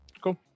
Cool